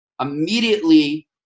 immediately